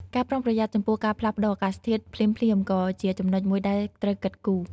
ការប្រុងប្រយ័ត្នចំពោះការផ្លាស់ប្តូរអាកាសធាតុភ្លាមៗក៏ជាចំណុចមួយដែលត្រូវគិតគូរ។